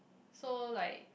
so like